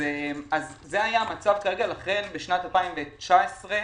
לכן בשנת 2019,